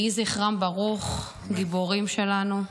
יהי זכרם ברוך, גיבורים שלנו.